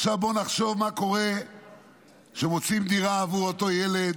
עכשיו בואו נחשוב מה קורה כשמוצאים דירה עבור אותו ילד